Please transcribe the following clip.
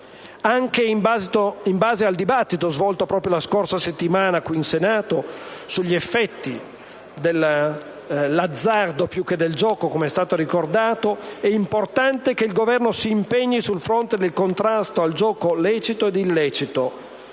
Anche in base al dibattito svoltosi la scorsa settimana al Senato sugli effetti dell'azzardo (più che del gioco, come è stato ricordato), è importante che il Governo si impegni sul fronte del contrasto al gioco lecito ed illecito,